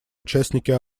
участники